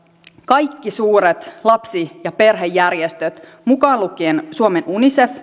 kaikki suuret lapsi ja perhejärjestöt mukaan lukien suomen unicef